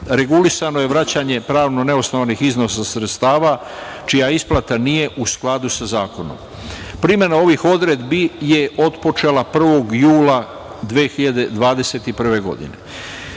Regulisano je vraćanje pravno neosnovanih iznosa sredstava čija isplata nije u skladu sa zakonom. Primena ovih odredbi je otpočela 1. jula 2021. godine